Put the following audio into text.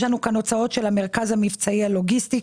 יש לנו כאן הוצאות של המרכז המבצעי הלוגיסטי.